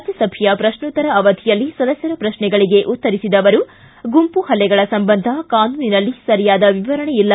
ರಾಜ್ಯಸಭೆಯ ಪ್ರಶ್ನೋತ್ತರ ಅವಧಿಯಲ್ಲಿ ಸದಸ್ಯರ ಪ್ರಶ್ನೆಗಳಿಗೆ ಉತ್ತರಿಸಿದ ಅವರು ಗುಂಪು ಪಲ್ಲೆಗಳ ಸಂಬಂಧ ಕಾನೂನಿನಲ್ಲಿ ಸರಿಯಾದ ವಿವರಣೆ ಇಲ್ಲ